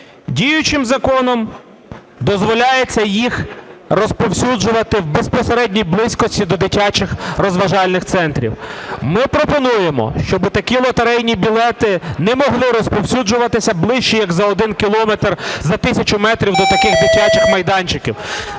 Діючим законом дозволяється їх розповсюджувати у безпосередній близькості до дитячих розважальних центрів. Ми пропонуємо, щоби такі лотерейні білети не могли розповсюджуватися ближче, як за один кілометр, за тисячу метрів до таких дитячих майданчиків.